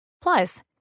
Plus